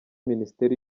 minisiteri